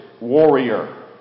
warrior